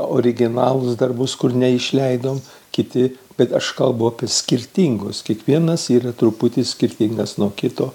originalūs darbus kur neišleido kiti bet aš kalbu apie skirtingus kiekvienas yra truputį skirtingas nuo kito